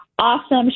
awesome